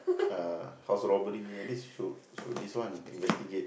uh house robbery and this should should this one investigate